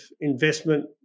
investment